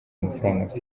mafaranga